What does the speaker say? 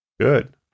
Good